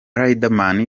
riderman